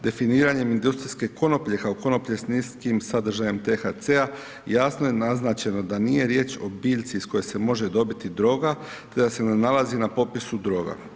Definiranjem industrijske konoplje, kao konoplje s niskim sadržajem THC-a jasno je naznačeno da nije riječ o biljci iz koje se može dobiti droga, te da se ne nalazi na popisu droga.